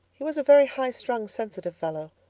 he was a very high-strung, sensitive fellow.